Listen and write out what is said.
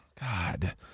God